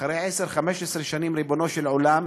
אחרי 10 15 שנים, ריבונו של עולם,